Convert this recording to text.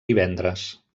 divendres